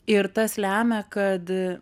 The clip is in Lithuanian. ir tas lemia kad